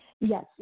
Yes